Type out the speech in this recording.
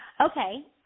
Okay